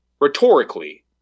rhetorically